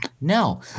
No